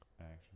action